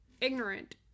ignorant